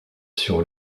sur